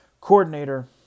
coordinator